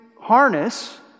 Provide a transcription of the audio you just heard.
harness